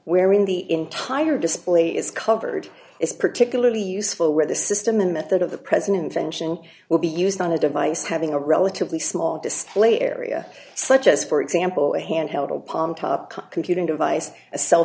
wherein the entire display is covered is particularly useful where the system and method of the president mention will be used on a device having a relatively small display area such as for example a handheld computing device a cell